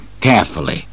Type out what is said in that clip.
carefully